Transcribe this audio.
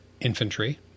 infantry